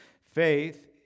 Faith